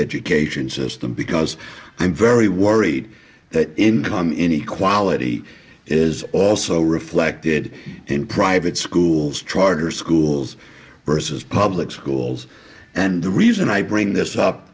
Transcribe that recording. education system because i'm very worried that income inequality is also reflected in private schools charter schools versus public schools and the reason i bring this up